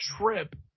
trip